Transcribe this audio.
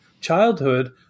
childhood